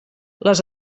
les